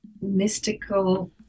mystical